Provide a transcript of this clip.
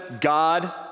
God